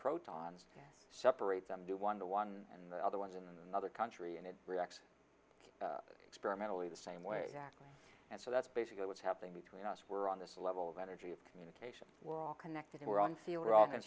protons separate them do one to one and the other one in the other country and it reacts experimentally the same way and so that's basically what's happening between us we're on this level of energy of communication we're all connected we're on